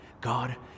God